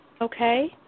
Okay